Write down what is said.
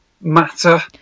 matter